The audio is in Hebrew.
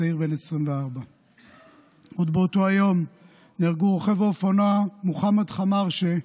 צעיר בן 24. עוד באותו היום נהרגו רוכב האופנוע מוחמד חמארשה,